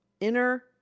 inner